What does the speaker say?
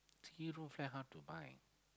actually non fair harm to my